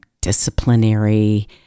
disciplinary